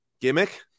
gimmick